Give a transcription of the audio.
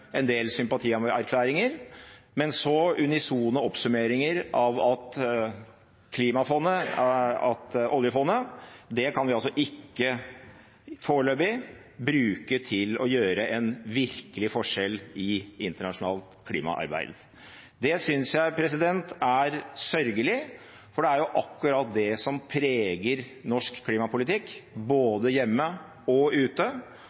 en del sympatierklæringer, men også unisone oppsummeringer av at oljefondet kan vi foreløpig ikke bruke til å gjøre en virkelig forskjell i internasjonalt klimaarbeid. Det synes jeg er sørgelig, for det er akkurat dette som preger norsk klimapolitikk både ute og